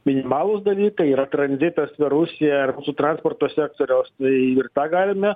minimalūs dalykai yra tranzitas per rusiją transporto sektoriaus tai ir tą galime